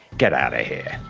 get out of here!